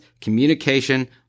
communication